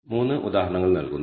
3 ഉദാഹരണങ്ങൾ നൽകുന്നു